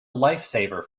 lifesaver